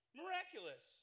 miraculous